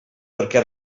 perquè